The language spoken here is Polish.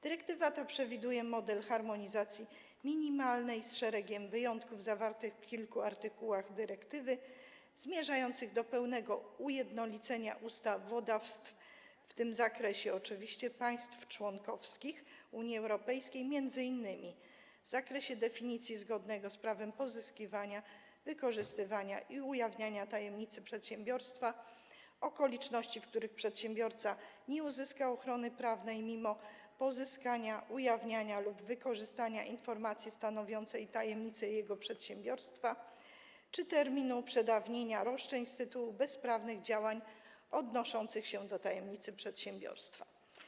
Dyrektywa ta przewiduje model harmonizacji minimalnej, z szeregiem wyjątków ujętych w kilku artykułach dyrektywy, zmierzając do pełnego ujednolicenia ustawodawstw w tej kwestii państw członkowskich Unii Europejskiej, m.in. w zakresie definicji zgodnego z prawem pozyskiwania, wykorzystywania i ujawniania tajemnicy przedsiębiorstwa, okoliczności, w których przedsiębiorca nie uzyska ochrony prawnej mimo pozyskania, ujawniania lub wykorzystania informacji stanowiącej tajemnicę jego przedsiębiorstwa, czy terminu przedawnienia roszczeń z tytułu bezprawnych działań odnoszących się do tajemnicy przedsiębiorstwa.